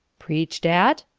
preached at?